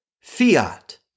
Fiat